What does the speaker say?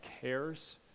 cares